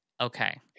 Okay